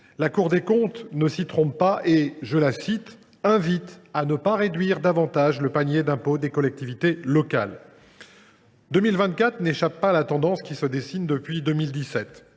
La Cour des comptes ne s’y trompe pas et « invite à ne pas réduire davantage le panier d’impôts locaux des collectivités ». L’année 2024 n’échappe pas à la tendance qui se dessine depuis 2017.